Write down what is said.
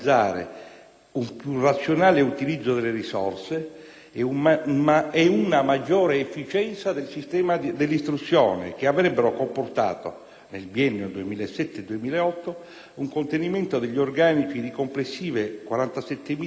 un più razionale utilizzo delle risorse e una maggiore efficienza del sistema dell'istruzione, che avrebbero comportato, nel biennio 2007-2008, un contenimento degli organici di complessive 47.000 unità